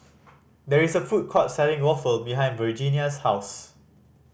there is a food court selling waffle behind Virginia's house